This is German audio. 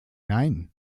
nein